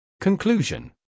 conclusion